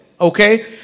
Okay